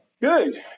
Good